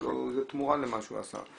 יש לו תמורה למה שהוא עשה,